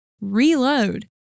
reload